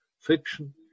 fiction